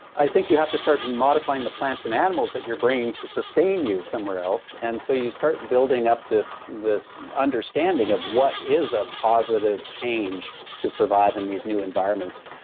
i think you have to start modifying the plants and animals that you're bringing to sustain you somewhere else, and so you start building up this this understanding of what is a positive change to survive in these new environments,